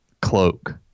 cloak